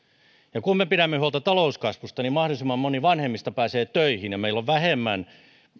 ja kun me pidämme huolta talouskasvusta mahdollisimman moni vanhemmista pääsee töihin ja meillä on vähemmän